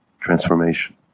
transformation